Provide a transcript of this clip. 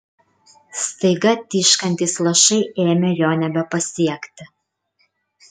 staiga tyškantys lašai ėmė jo nebepasiekti